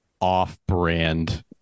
off-brand